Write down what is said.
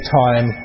time